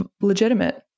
legitimate